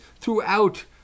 throughout